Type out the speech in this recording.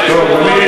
שיענה לאלעזר שטרן,